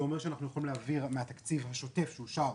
זה אומר שאנחנו יכולים להעביר מהתקציב השוטף שאושר